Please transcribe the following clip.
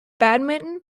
badminton